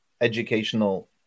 educational